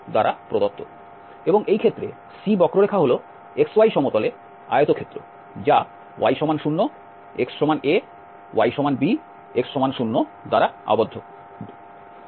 এবং এই ক্ষেত্রে C বক্ররেখা হল xy সমতলে আয়তক্ষেত্র যা y0xaybx0 দ্বারা আবদ্ধ